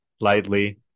lightly